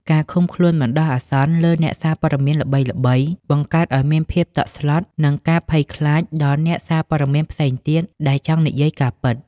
ការឃុំខ្លួនបណ្តោះអាសន្នលើអ្នកសារព័ត៌មានល្បីៗ បង្កើតឱ្យមានភាពតក់ស្លុត និងការភ័យខ្លាចដល់អ្នកសារព័ត៌មានផ្សេងទៀតដែលចង់និយាយការពិត។